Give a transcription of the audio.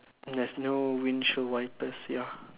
there's no windshield wipers ya